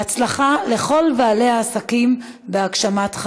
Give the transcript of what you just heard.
בהצלחה לכל בעלי העסקים בהגשמת חלומם.